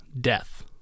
death